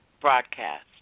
broadcast